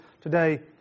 today